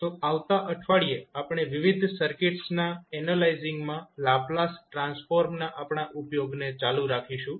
તો આવતા અઠવાડિયે આપણે વિવિધ સર્કિટ્સ ના એનાલાઇઝિંગ માં લાપ્લાસ ટ્રાન્સફોર્મના આપણા ઉપયોગને ચાલુ રાખીશું